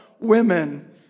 women